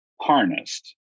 harnessed